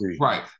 Right